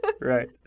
right